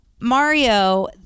Mario